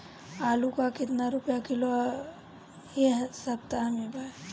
आलू का कितना रुपया किलो इह सपतह में बा?